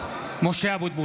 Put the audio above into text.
(קורא בשמות חברי הכנסת) משה אבוטבול,